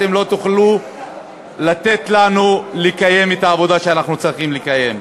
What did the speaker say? אתם לא תוכלו לא לתת לנו לקיים את העבודה שאנחנו צריכים לקיים.